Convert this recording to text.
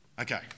Okay